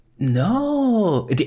No